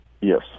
yes